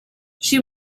she